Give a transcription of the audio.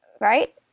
right